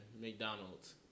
McDonald's